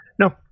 No